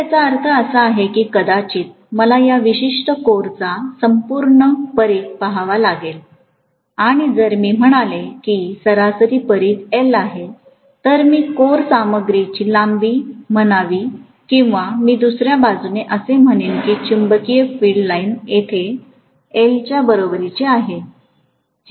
तर याचा अर्थ असा आहे की कदाचित मला या विशिष्ट कोरचा संपूर्ण परिघ पहावा लागेल आणि जर मी म्हणालो की सरासरी परीघ L आहे तर मी कोर सामग्रीची लांबी म्हणावी किंवा मी दुसऱ्याबाजूने असे म्हणेन की चुंबकीय फील्ड लाइन येथे L च्या बरोबरीची आहे